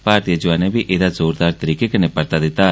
भारतीय जोआने बी एह्दा जोरदार तरीके कन्नै परता दित्ता